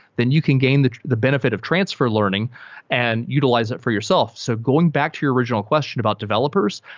then you can gain the the benefit of transfer learning and utilize it for yourself. so going back to your original question about developers,